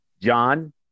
John